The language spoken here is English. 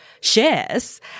shares